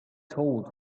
told